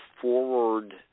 forward